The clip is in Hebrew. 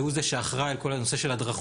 שהוא זה שאחראי על כל הנושא של הדרכות